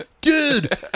dude